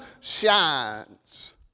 shines